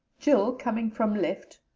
jill coming from left,